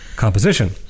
Composition